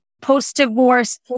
post-divorce